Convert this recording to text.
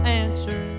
answer